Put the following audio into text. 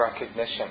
recognition